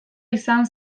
izan